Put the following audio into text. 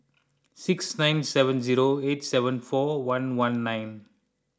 six nine seven zero eight seven four one one nine